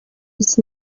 used